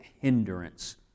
hindrance